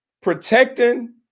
protecting